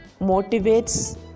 motivates